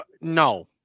No